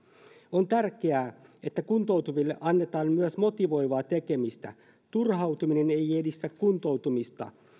on tärkeää että kuntoutuville annetaan myös motivoivaa tekemistä turhautuminen ei edistä kuntoutumista